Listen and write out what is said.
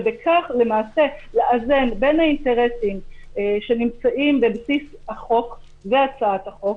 ובכך לאזן בין האינטרסים שנמצאים בבסיס החוק והצעת החוק